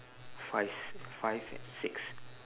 five five and six